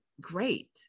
great